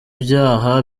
byaha